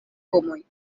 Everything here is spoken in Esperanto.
homoj